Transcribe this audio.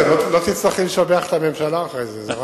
לא תצטרכי לשבח את הממשלה אחרי זה.